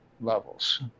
levels